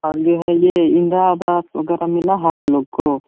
और यह है यह इन्दिरा आवास वह घर मिला है आप लोग को